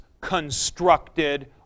constructed